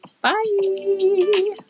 Bye